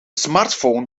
smartphone